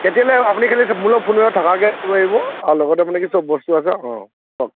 কেতিয়ালৈ আপুনি খালী মোলৈ ফোন মাৰিব থকাকে আহিব আৰু লগতে মানে কি চব বস্তু আছে অঁ